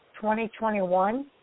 2021